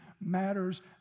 matters